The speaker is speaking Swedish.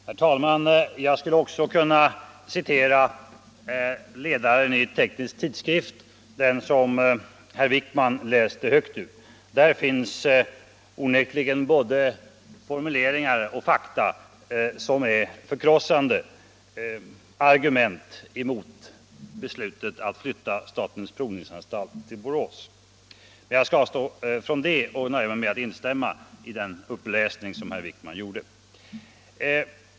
Herr talman! Jag skulle också kunna citera ledaren i Teknisk Tidskrift, som herr Wijkman läste något ur. Där finns onekligen både formuleringar och fakta som är förkrossande argument mot beslutet att flytta statens provningsanstalt till Borås. Men jag skall avstå från det och nöja mig med att instämma i den uppläsning som herr Wijkman gjorde.